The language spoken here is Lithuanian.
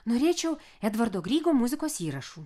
norėčiau edvardo grygo muzikos įrašų